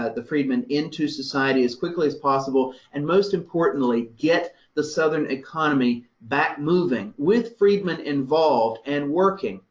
ah the freedmen into society as quickly as possible and most importantly, get the southern economy back moving with freedmen involved and working,